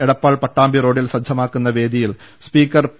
എടപ്പാൾ പട്ടാമ്പി റോഡിൽ സജ്ജമാക്കുന്ന വേദിയിൽ സ്പീക്കർ പി